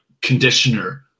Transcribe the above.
conditioner